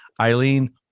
Eileen